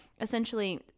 essentially